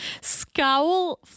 scowl